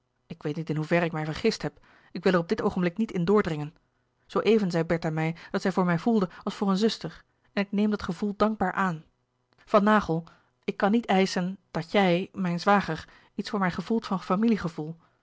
ik weet niet in hoever ik mij vergist heb ik wil er op dit oogenblik niet in doordringen zoo even zei bertha mij dat zij voor mij voelde als voor een zuster en ik neem dat gevoel dankbaar aan van naghel ik kan niet eischen dat jij mijn zwager iets voor mij gevoelt van